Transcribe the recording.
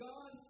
God